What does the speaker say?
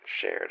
shared